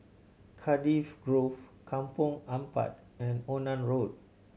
Cardiff Grove Kampong Ampat and Onan Road